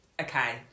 okay